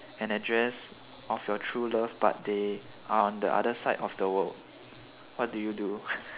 an address of your true love but they are on the other side of the world what do you do